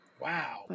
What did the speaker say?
Wow